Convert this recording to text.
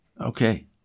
Okay